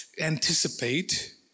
anticipate